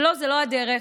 ולא, זו לא הדרך.